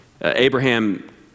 Abraham